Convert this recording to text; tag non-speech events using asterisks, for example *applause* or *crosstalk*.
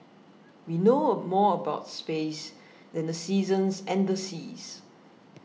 we know *hesitation* more about space than the seasons and the seas